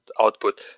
output